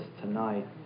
tonight